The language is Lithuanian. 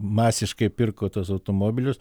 masiškai pirko tuos automobilius